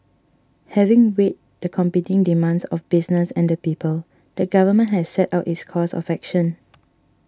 having weighed the competing demands of business and the people the government has set out its course of action